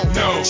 no